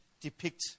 depict